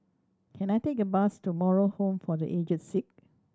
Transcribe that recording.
can I take a bus to Moral Home for The Aged Sick